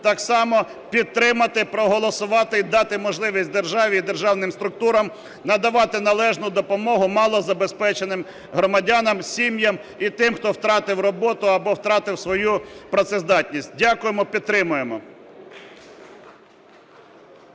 так само підтримати, проголосувати і дати можливість державі і державним структурам надавати належну допомогу малозабезпеченим громадянам, сім'ям, і тим хто втратив роботу або втратив свою працездатність. Дякуємо. Підтримаємо.